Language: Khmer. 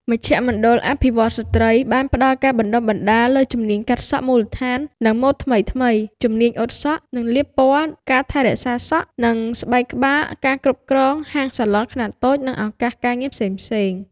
មជ្ឈមណ្ឌលអភិវឌ្ឍន៍ស្ត្រី បានផ្តល់ការបណ្តុះបណ្តាលលើ ជំនាញកាត់សក់មូលដ្ឋាន និងម៉ូដថ្មីៗ ជំនាញអ៊ុតសក់ និងលាបពណ៌ ការថែរក្សាសក់ និងស្បែកក្បាល ការគ្រប់គ្រងហាងសាឡនខ្នាតតូច និងឱកាសការងារផ្សេងៗ។